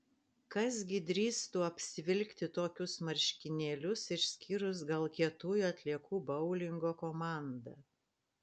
kas gi drįstų apsivilkti tokius marškinėlius išskyrus gal kietųjų atliekų boulingo komandą